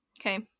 okay